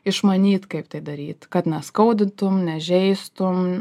išmanyt kaip tai daryt kad neskaudintum nežeistum